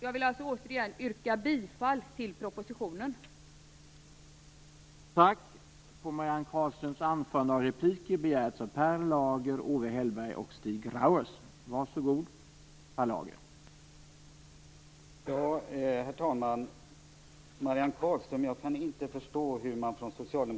Jag vill alltså yrka bifall till hemställan i betänkandet.